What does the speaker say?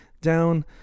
down